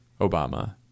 Obama